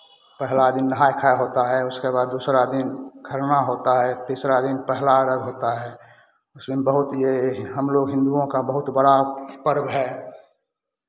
पहला दिन नहाय खाय होता है उसके बाद दूसरा दिन खरना होता है तिीसरा दिन पहला अर्घ्य होता है उसी में बहुत ये हम लोग हिन्दुओं का बहुत बड़ा पर्व है